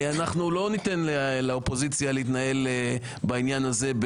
אנחנו לא ניתן לאופוזיציה להתנהל בעניין הזה,